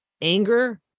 Anger